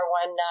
one